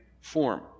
form